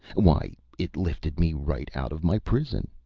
why, it lifted me right out of my prison.